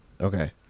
Okay